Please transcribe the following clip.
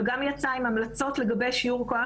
אבל גם יצאה עם המלצות לגבי שיעור כוח